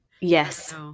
Yes